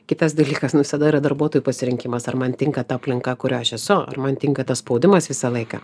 kitas dalykas nu visada yra darbuotojų pasirinkimas ar man tinka ta aplinka kurioj aš esu ar man tinka tas spaudimas visą laiką